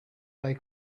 they